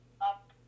up